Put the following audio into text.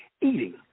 eating